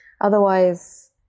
Otherwise